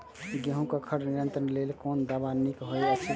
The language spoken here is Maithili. गेहूँ क खर नियंत्रण क लेल कोन दवा निक होयत अछि?